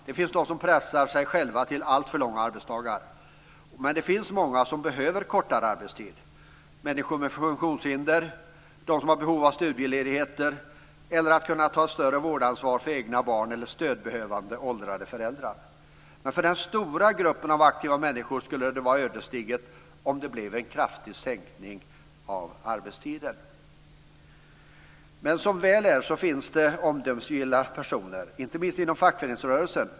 Det finns de som pressar sig själva till alltför långa arbetsdagar. Det finns många som behöver kortare arbetstid: människor med funktionshinder, de som har behov av studieledighet eller av att ta vårdansvar för egna barn eller stödbehövande åldrande föräldrar. Men för den stora gruppen av aktiva människor skulle det vara ödesdigert om det blev en kraftig sänkning av arbetstiden. Som väl är finns det omdömesgilla personer, inte minst inom fackföreningsrörelsen.